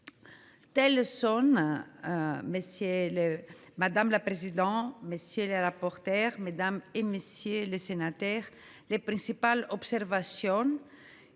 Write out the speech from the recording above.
Telles sont, madame la présidente, monsieur le rapporteur, mesdames, messieurs les sénateurs, les principales observations